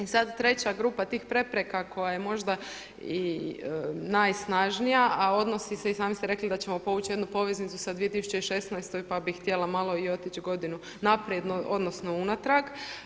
E sada treća grupa tih prepreka koja je možda i najsnažnija a odnosi se i sami ste rekli da ćemo povući jednu poveznicu sa 2016. pa bih htjela malo i otići godinu naprijed, odnosno unatrag.